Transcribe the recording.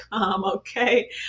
Okay